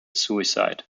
suicide